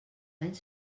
anys